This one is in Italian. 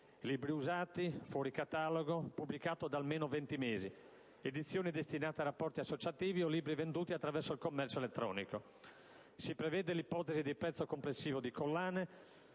libri usati, fuori catalogo, pubblicati da almeno 20 mesi, edizioni destinate a rapporti associativi o libri venduti attraverso il commercio elettronico. Si prevede l'ipotesi di prezzo complessivo di collane,